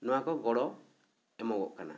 ᱱᱚᱣᱟ ᱠᱚ ᱜᱚᱲᱚ ᱮᱢᱚᱜᱚᱜ ᱠᱟᱱᱟ